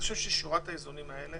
שורת האיזונים האלה